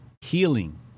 Healing